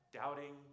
doubting